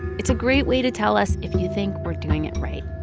it's a great way to tell us if you think we're doing it right.